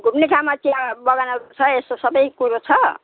घुम्ने ठाउँमा त्यहाँ बगानहरू छ यस्तो सबै कुरो छ